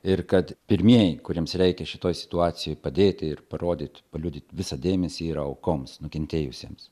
ir kad pirmieji kuriems reikia šitoje situacijoje padėti ir parodyti paliudyti visą dėmesį yra aukoms nukentėjusiems